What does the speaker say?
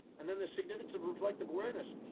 and then the significance of reflective awareness,